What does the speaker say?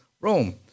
Rome